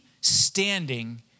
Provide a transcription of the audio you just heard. standing